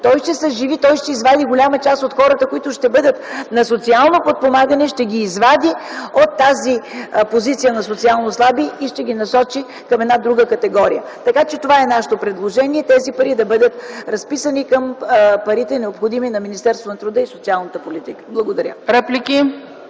Той ще съживи, ще извади голяма част от хората на социално подпомагане от позицията на социално слаби и ще ги насочи към друга категория. Това е нашето предложение – тези пари да бъдат разписани към парите, необходими на Министерството на труда и социалната политика. Благодаря.